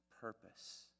purpose